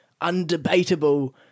undebatable